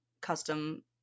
custom